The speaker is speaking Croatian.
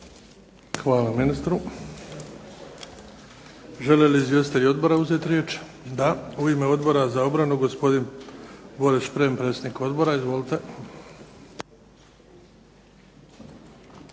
Hvala ministru. Žele li izvjestitelji odbora uzeti riječ? Da. U ime Odbora za obranu gospodin Boris Šprem predsjednik odbora. Izvolite.